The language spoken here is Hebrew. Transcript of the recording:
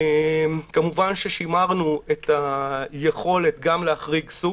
כמובן שימרנו את היכולת גם להחריג סוג,